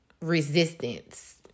resistance